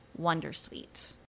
wondersuite